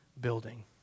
building